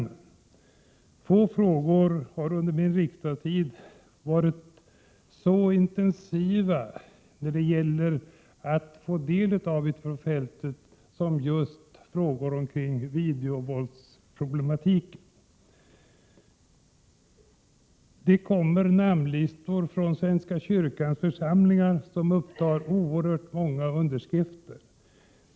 Under min tid i riksdagen är det få frågor som har varit så intensiva när det gäller synpunkter ute från fältet som just videovåldsproblematiken. Från svenska kyrkans församlingar kommer namnlistor, som upptar oerhört många underskrifter.